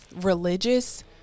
religious